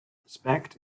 respect